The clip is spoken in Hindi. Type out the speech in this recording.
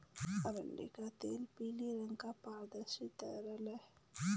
अरंडी का तेल पीले रंग का पारदर्शी तरल है